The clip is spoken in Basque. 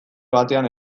batean